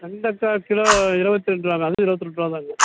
வெண்டைக்கா கிலோ இருபத்தி ரெண்டு ருபாங்க அதுவும் இருபத்தி ரெண்டு ரூபாதாங்க